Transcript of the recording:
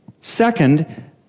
Second